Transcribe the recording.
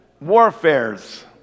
warfares